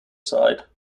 side